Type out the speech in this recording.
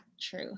true